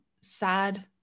sad